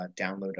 download